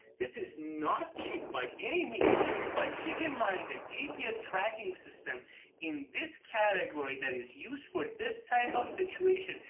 this is not cheap by any means. but keep in mind a gps tracking system in this category that is used for this type of situation,